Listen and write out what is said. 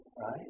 right